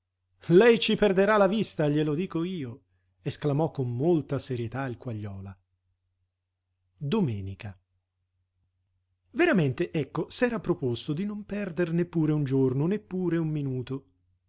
lei ci perderà la vista glielo dico io esclamò con molta serietà il quagliola domenica veramente ecco s'era proposto di non perdere neppure un giorno neppure un minuto